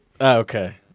Okay